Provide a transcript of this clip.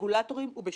ואני רוצה להודות לך.